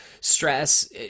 stress